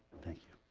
thank you